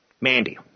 Mandy